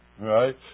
Right